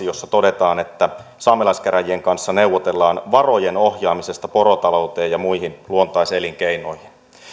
jossa todetaan että saamelaiskäräjien kanssa neuvotellaan varojen ohjaamisesta porotalouteen ja muihin luontaiselinkeinoihin